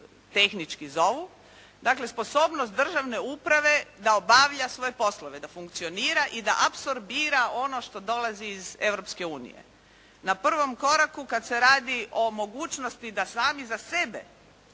tehnički zovu. Dakle, sposobnost državne uprave da obavlja svoje poslove, da funkcionira i da apsorbira ono što dolazi iz Europske unije. Na prvom koraku kad se radi o mogućnosti da sami za sebe